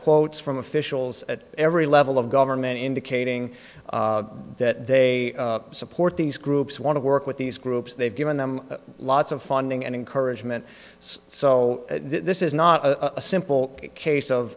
quotes from officials at every level of government indicating that they support these groups want to work with these groups they've given them lots of funding and encouragement so this is not a simple case of